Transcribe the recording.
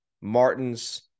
Martin's